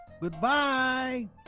goodbye